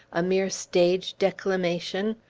a mere stage declamation?